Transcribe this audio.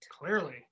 Clearly